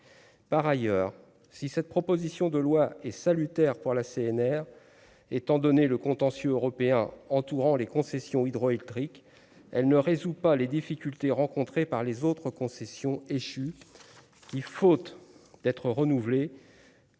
par ailleurs si cette proposition de loi est salutaire pour la CNR étant donné le contentieux européen entourant les concessions hydroélectriques, elle ne résout pas les difficultés rencontrées par les autres concessions échues qui, faute d'être renouvelé.